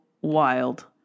wild